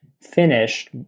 finished